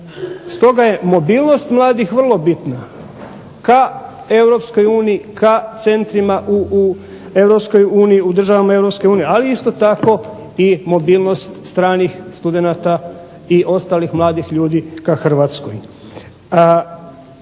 stoga je mobilnost mladih vrlo bitna ka Europskoj uniji, ka centrima u Europskoj uniji, u državama Europske unije ali isto tako i mobilnost stranih studenata i ostalih mladih ljudi ka Hrvatskoj.